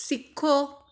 ਸਿੱਖੋ